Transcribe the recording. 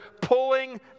pulling